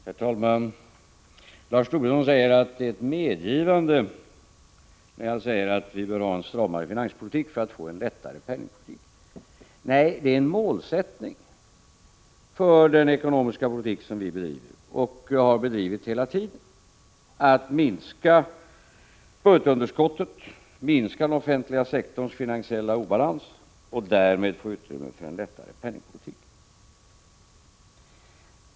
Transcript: Herr talman! Lars Tobisson säger att det är ett medgivande när jag säger att vi bör ha en stramare finanspolitik för att få en lättare penningpolitik. Nej, det är en målsättning för den ekonomiska politik som vi bedriver och har bedrivit hela tiden att minska budgetunderskottet, minska den offentliga sektorns finansiella obalans och därmed få utrymme för en lättare penningpolitik.